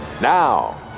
Now